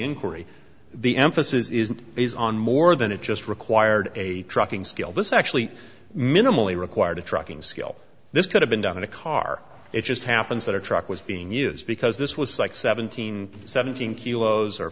inquiry the emphasis isn't is on more than it just required a trucking skill this actually minimally required a trucking skill this could have been done in a car it just happens that a truck was being used because this was like seventeen seventeen kilos or